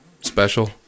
special